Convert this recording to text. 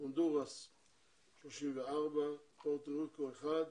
הונדורס 34, פורטוריקו אחד,